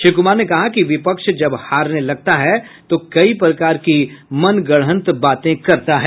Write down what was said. श्री कुमार ने कहा कि विपक्ष जब हारने लगता है तो कई प्रकार की मनगढ़ंत बातें करता है